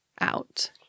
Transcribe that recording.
out